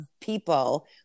people